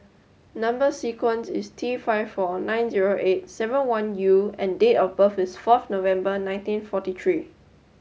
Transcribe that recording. number sequence is T five four nine zero eight seven one U and date of birth is forth November nineteen forty three